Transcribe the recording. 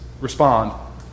respond